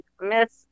Miss